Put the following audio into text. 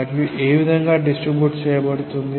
మరియు ఏ విధంగా డిస్ట్రిబ్యూట్ చేయబడుతుంది